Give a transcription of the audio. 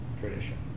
tradition